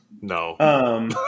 No